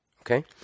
Okay